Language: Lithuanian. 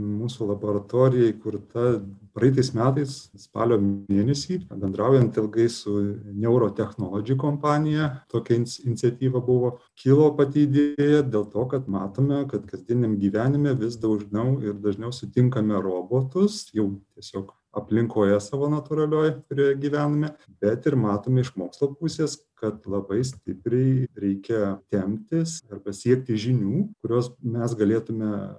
mūsų laboratorija įkurta praeitais metais spalio mėnesį bendraujant ilgai su neurotechnolodži kompanija tokia iniciatyva buvo kilo pati idėja dėl to kad matome kad kasdieniam gyvenime vis dažniau ir dažniau sutinkame robotus jau tiesiog aplinkoje savo natūralioj kurioj gyvename bet ir matome iš mokslo pusės kad labai stipriai reikia temptis ir pasiekti žinių kurias mes galėtume